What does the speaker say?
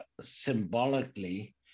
symbolically